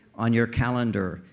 on your calendar,